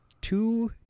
two